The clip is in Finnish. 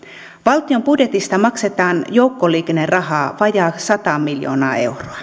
valtion budjetista maksetaan joukkoliikennerahaa vajaat sata miljoonaa euroa